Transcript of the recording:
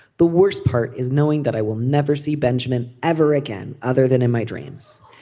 the worst part is knowing that i will never see benjamin ever again other than in my dreams.